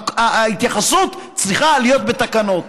ההתייחסות צריכה להיות בתקנות.